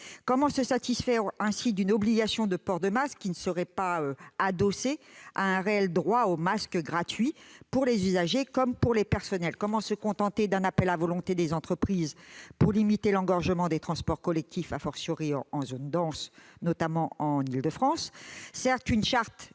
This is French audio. comment se satisfaire d'une obligation de port de masque qui ne serait pas adossée à un réel droit au masque gratuit, pour les usagers comme pour le personnel ? Comment se contenter d'un appel à la bonne volonté des entreprises pour limiter l'engorgement des transports collectifs, dans les régions les plus denses, notamment l'Île-de-France ?